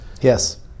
Yes